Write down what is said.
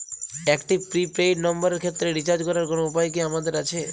একটি prepaid নম্বরের ক্ষেত্রে রিচার্জ করার কোনো উপায় কি আমাদের আছে?